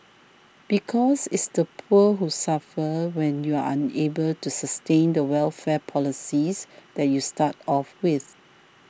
because it's the poor who suffer when you're unable to sustain the welfare policies that you start off with